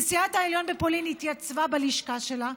נשיאת העליון בפולין התייצבה בלשכה שלה,